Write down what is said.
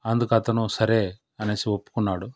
అందుకు అతను సరే అనేసి ఒప్పుకున్నాడు